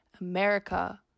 America